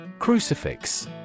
Crucifix